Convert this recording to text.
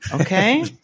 okay